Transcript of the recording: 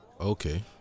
Okay